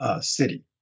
city